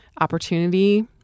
opportunity